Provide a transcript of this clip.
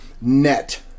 net